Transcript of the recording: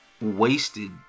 wasted